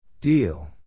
Deal